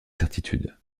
certitude